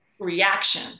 reaction